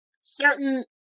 certain